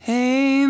Hey